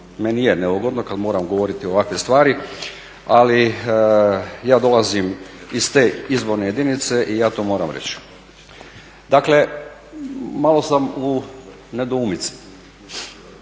Meni je neugodno kada moramo govoriti ovakve stvari, ali ja dolazim iz te izborne jedinice i ja to moram reći. Dakle malo sam u nedoumici,